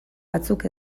batzuk